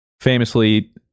famously